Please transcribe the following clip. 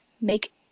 make